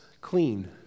clean